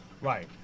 Right